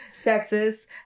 texas